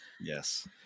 yes